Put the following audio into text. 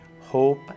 hope